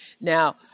Now